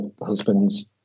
husband's